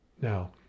Now